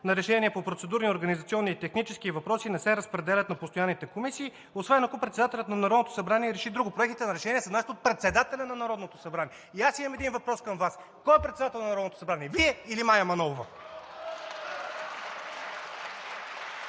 на решения по процедурни, организационни и технически въпроси не се разпределят на постоянните комисии, освен ако председателят на Народното събрание реши друго. Проектите на решения се внасят от председателя на Народното събрание.“ И аз имам един въпрос към Вас: кой е председател на Народното събрание – Вие или Мая Манолова?!